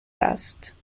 است